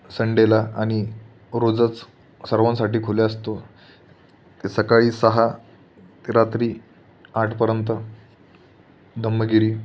संडेला आणि रोजच सर्वांसाठी खुले असतो सकाळी सहा ते रात्री आठपर्यंत धम्मगिरी